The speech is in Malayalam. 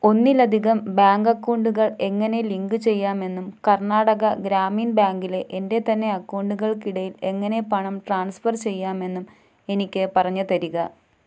ഒന്നിലധികം ബാങ്ക് അക്കൗണ്ടുകൾ എങ്ങനെ ലിങ്ക് ചെയ്യാമെന്നും കർണാടക ഗ്രാമീൺ ബാങ്കിലെ എൻ്റെ തന്നെ അക്കൗണ്ടുകൾക്കിടയിൽ എങ്ങനെ പണം ട്രാൻസ്ഫർ ചെയ്യാമെന്നും എനിക്ക് പറഞ്ഞുതരിക